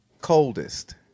Coldest